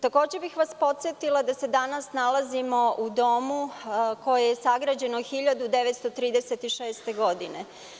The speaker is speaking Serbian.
Takođe bih vas podsetila da se danas nalazimo u domu koji je sagrađen 1936. godine.